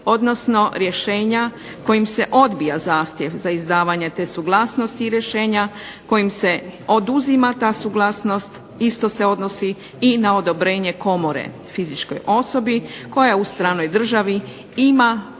odnosno rješenja kojim se odbija zahtjev za izdavanje te suglasnosti i rješenja kojim se oduzima ta suglasnost. Isto se odnosi i na odobrenje Komore fizičkoj osobi koja u stranoj državi ima